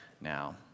now